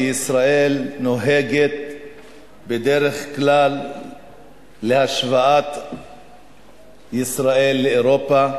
כי ישראל נוהגת בדרך כלל להשוות את עצמה לאירופה,